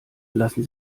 lassen